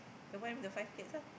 the one with the five kids ah